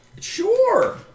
Sure